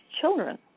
children